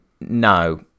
No